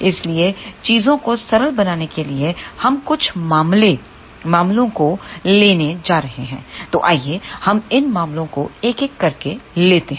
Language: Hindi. इसलिए चीजों को सरल बनाने के लिए हम कुछ मामलों को लेने जा रहे हैं तो आइए हम इन मामलों को एक एक करके लेते हैं